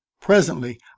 presently